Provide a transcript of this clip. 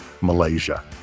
Malaysia